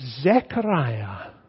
Zechariah